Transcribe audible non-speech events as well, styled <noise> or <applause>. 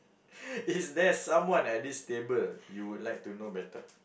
<breath> is there someone at this table you would like to know better